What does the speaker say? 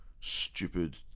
stupid